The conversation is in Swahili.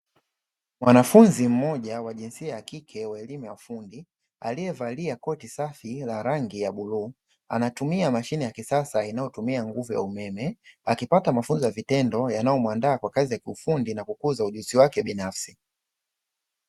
Mwanafunzi mmoja wa jinsia ya kike wa elimu ya ufundi, aliyevalia koti safi la rangi ya bluu. Anatumia mashine ya kisasa inayotumia nguvu ya umeme, akipata mafunzo ya vitendo yanayomuandaa kwa kazi ya kiufundi na kukuza ujuzi wake binafsi.